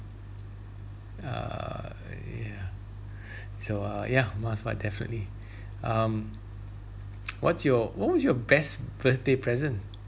err ya so uh ya mars bar definitely um what's your what was your best birthday present